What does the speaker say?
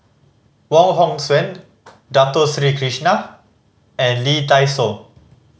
Wong Hong Suen Dato Sri Krishna and Lee Dai Soh